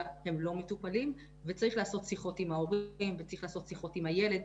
לא מטופלים וצריך לעשות שיחות עם ההורים וצריך לעשות שיחות עם הילד,